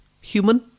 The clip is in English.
Human